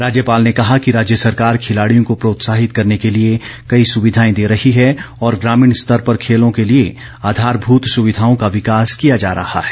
राज्यपाल ने कहा कि राज्य सरकार खिलाड़ियों को प्रोत्साहित करने के लिए कई सुविधाएं दे रही है और ग्रामीण स्तर पर खेलों के लिए आधारभूत सुविधाओं का विकास किया जा रहा है